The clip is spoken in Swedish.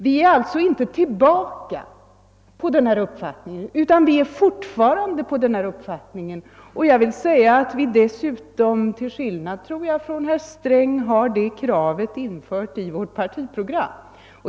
Vi är alltså inte tillbaka till denna uppfattning, utan vi hyser fortfarande denna uppfattning. Jag vill framhålla att vi dessutom till skillnad, tror jag, från herr Sträng har det kravet infört i vårt partiprogram.